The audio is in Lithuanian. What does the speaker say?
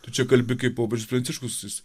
tu čia kalbi kaip popiežius pranciškus jis